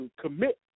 commit